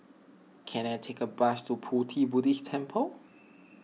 can I take a bus to Pu Ti Buddhist Temple